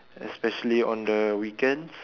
especially on the weekends